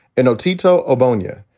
and tito obana, yeah